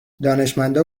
دانشمندا